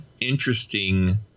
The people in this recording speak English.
interesting